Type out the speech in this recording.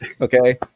Okay